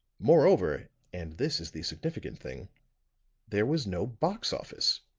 moreover and this is the significant thing there was no box-office,